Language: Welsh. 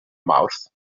mawrth